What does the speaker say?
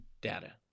data